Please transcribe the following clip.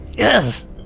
Yes